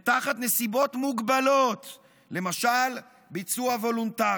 ותחת נסיבות מוגבלות (למשל ביצוע וולונטרי)".